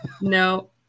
no